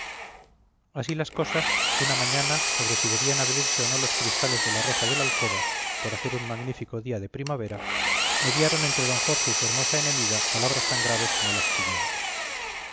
así las cosas una mañana sobre si debían abrirse o no los cristales de la reja de la alcoba por hacer un magnífico día de primavera mediaron entre d jorge y su hermosa enemiga palabras tan graves como las siguientes